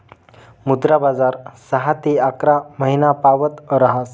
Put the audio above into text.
मुद्रा बजार सहा ते अकरा महिनापावत ऱहास